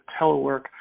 telework